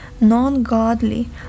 non-godly